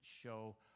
show